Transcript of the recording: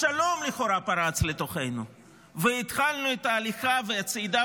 השלום לכאורה פרץ לתוכנו והתחלנו את ההליכה והצעידה